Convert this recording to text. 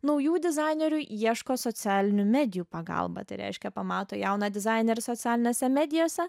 naujų dizainerių ieško socialinių medijų pagalba tai reiškia pamato jauną dizainerį socialinėse medijose